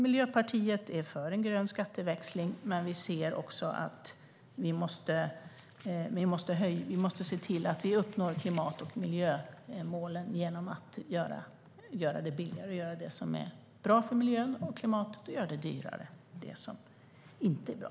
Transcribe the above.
Miljöpartiet är för en grön skatteväxling, men vi måste också uppnå klimat och miljömålen. Därför ska vi se till att det blir billigare att göra det som är bra för miljön och klimatet och dyrare att göra det som inte är bra.